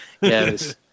yes